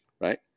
right